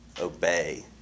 obey